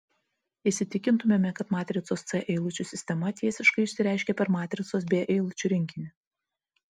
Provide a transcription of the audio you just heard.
įsitikintumėme kad matricos c eilučių sistema tiesiškai išsireiškia per matricos b eilučių rinkinį